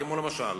כמו למשל,